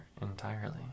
entirely